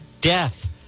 death